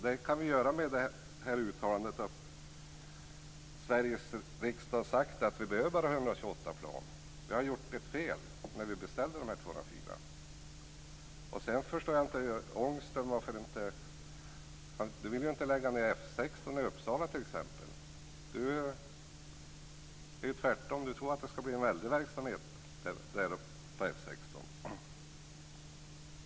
Det kan vi göra med uttalandet att Sveriges riksdag har sagt att vi bara behöver 128 plan, vi har gjort ett fel när vi beställde 204. Lars Ångström vill inte lägga ned F 16 i Uppsala t.ex. Han tror tvärtom att det ska bli en väldig verksamhet på F 16.